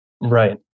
Right